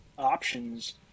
options